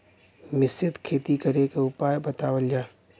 मिश्रित खेती करे क उपाय बतावल जा?